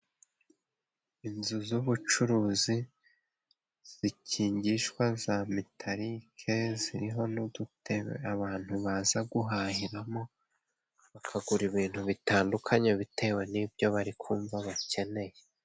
Inzu z'ubucuruzi zikingishwa za mitalike ziriho n'udute abantu baza guhahiramo, bakagura ibintu bitandukanye bitewe n'ibyo bari kumva bakeneye.